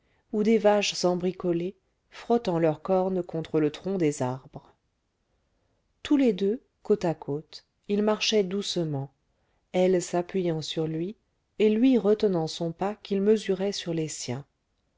ou des vaches embricolées frottant leurs cornes contre le tronc des arbres tous les deux côte à côte ils marchaient doucement elle s'appuyant sur lui et lui retenant son pas qu'il mesurait sur les siens